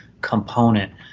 component